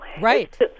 Right